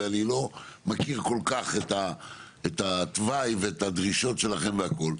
אני לא מכיר כל כך את התוואי ואת הדרישות שלכם והכול,